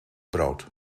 brood